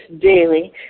daily